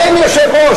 אין יושב-ראש,